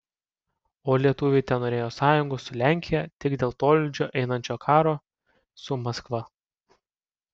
o lietuviai tenorėjo sąjungos su lenkija tik dėl tolydžio einančio karo su maskva